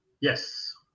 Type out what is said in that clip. Yes